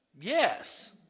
Yes